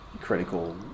critical